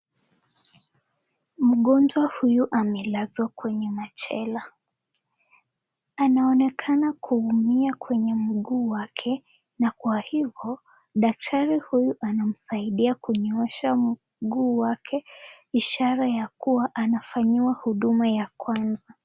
Mgonjwa huyu amelazwa kwenye machela. Anaonekana kuumia kwenye mguu wake na kwa hivyo daktari huyu anamsaidia kunyoosha mguu wake, ishara ya kuwa anafanyiwa huduma ya kwanza.